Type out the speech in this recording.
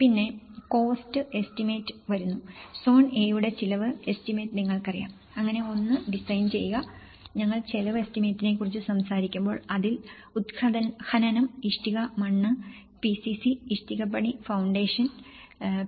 പിന്നെ കോസ്റ്റ് എസ്റ്റിമേറ്റിലേക്ക് വരുന്നു സോൺ എയുടെ ചിലവ് എസ്റ്റിമേറ്റ് നിങ്ങൾക്കറിയാം അങ്ങനെ ഒന്ന് ഡിസൈൻ ചെയ്യുക ഞങ്ങൾ ചെലവ് എസ്റ്റിമേറ്റിനെക്കുറിച്ച് സംസാരിക്കുമ്പോൾ അതിൽ ഉത്ഖനനം ഇഷ്ടിക മണ്ണ് പിസിസി ഇഷ്ടികപ്പണി ഫൌണ്ടേഷൻ